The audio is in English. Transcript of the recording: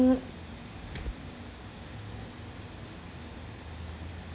mm